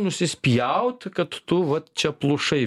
nusispjaut kad tu vat čia plušai